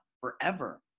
forever